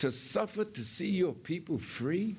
to suffer to see your people free